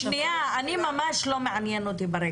זה ממש לא מעניין אותי.